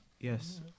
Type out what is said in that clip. Yes